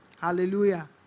Hallelujah